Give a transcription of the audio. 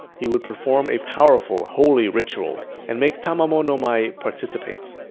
he would perform a powerful holy ritual and make tamamo no mae participate.